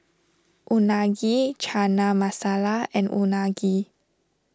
Unagi Chana Masala and Unagi